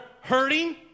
hurting